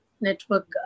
network